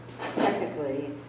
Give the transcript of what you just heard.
technically